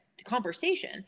conversation